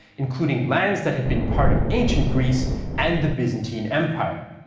including lands that had been part of ancient greece and the byzantine empire.